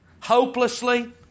Hopelessly